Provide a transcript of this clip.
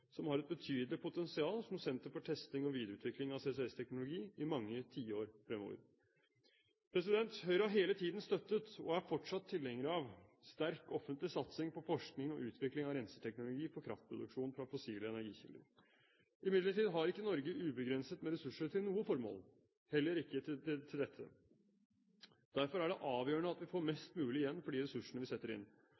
som har et betydelig potensial som senter for testing og videreutvikling av CCS-teknologi i mange tiår fremover. Høyre har hele tiden støttet – og er fortsatt tilhengere av – en sterk offentlig satsing på forskning og utvikling av renseteknologi for kraftproduksjon fra fossile energikilder. Imidlertid har ikke Norge ubegrenset med ressurser til noe formål – heller ikke til dette. Derfor er det avgjørende at vi får